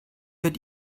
wird